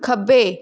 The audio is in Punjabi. ਖੱਬੇ